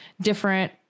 different